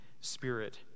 spirit